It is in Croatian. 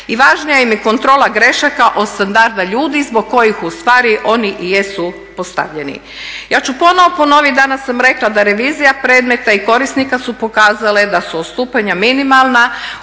i važnija im je kontrola grešaka od standarda ljudi zbog kojih ustvari oni i jesu postavljeni. Ja ću ponovo ponoviti, danas sam rekla da revizija predmeta i korisnika su pokazale da su odstupanja minimalna